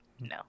no